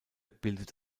bildet